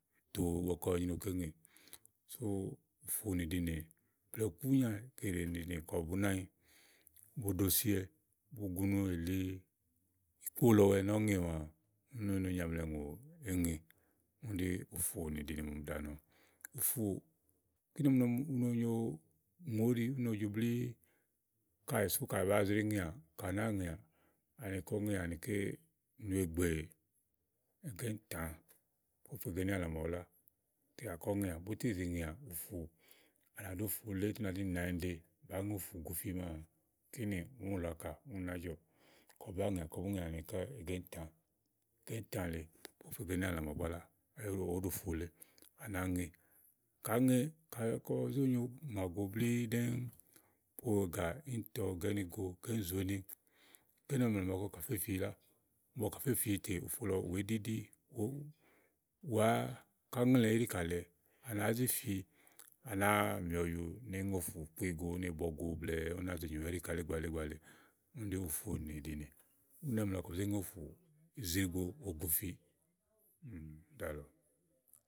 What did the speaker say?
tòo ígbɔké ɔwɔ nyréwu ké ŋè. Sú ùfù nì ɖìnè blɛ̀ɛ ikúnyà kile nìɖìnè kayi bùú nɛ ányi, bu ɖo siwɛ bugunu èli, ikpó lɔɔwɛ ni ɔwɛ ɛ ŋè maa úni ú no nyaàmlɛ ùŋò éŋe. Úni ɖí ùfù nìɖinè màa ɔmi ɖàa nɔ, ùfùù kíni ɔmi nɔ ni u no nyo ùŋò óɖi ú no jo blíí. Káèè sú kayi bàáa zré ŋeà, ka à nàáa ŋèà, ani kɔ ŋeà anikɛ́ nùegbè ègà íìfà ɖèéfe ègà ínìàlà màawu lá, tè yá kɔ ŋèà, bú tè ze ŋèà ùfù, à ná ɖó ùfù wulé tè ù nà ɖí ni nànyiɖe bàá ŋe ùfù gofi maa, kínì ùú wulò ákà, kínì ná jɔ̀ɔ, Kayi bàáa ŋèà kɔ bú ŋeà anikɛ́ ègà íìntà ègà íìntà lèe ɖèé fe ègà ínìàlà màawu búá lá, ò òó ɖo ùfù wulé, à nàá ŋe. Ka àá ŋe kɔ zó nyo ŋàgo blíí ɖɛ́ŋúú po ègà íìntɔ, ègà ínigo, ègà íìnzòònì, ègà ínìmàamla màa ɔwɔ kɛ̀ fé fíi lá, ígbɔ ɔwɔ kɛ fé fìi tè ùfù lɔ wèé ɖíɖí oh wàá áŋká ŋlɛ íɖìkà lèe ɔwɛ á nàá zi fìi, à nàáa mì ɔyu ni éèé ŋe ùfù kpí go úni éyi bɔgo blɛ̀ɛ ú náa ze nyìwɛ íɖìkà lèe ígbaleè ígbaleè ́uni ɖí ùfù nìɖinè ú ná mla kɔ bu zé ŋe ùfù ìzrigboò ú gofi, úni ɖáà lɔ.